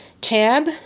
tab